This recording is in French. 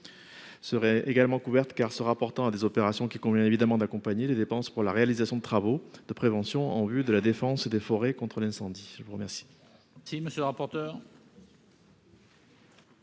Seraient également couvertes, car se rapportant à des opérations qu'il convient évidemment d'accompagner, les dépenses pour la réalisation de travaux de prévention en vue de la défense des forêts contre l'incendie. Quel